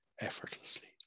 effortlessly